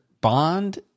bond